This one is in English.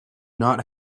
not